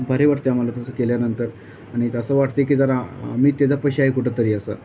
भारी वाटतं आहे आम्हाला तसं केल्यानंतर आणि कसं वाटते की जर आम्ही त्याच्यापाशी आहे कुठंतरी असं